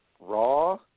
Raw